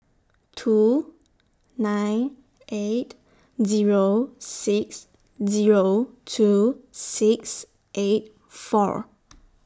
two nine eight Zero six Zero two six eight four